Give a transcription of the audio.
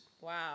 Wow